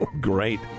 Great